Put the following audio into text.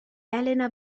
elena